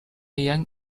young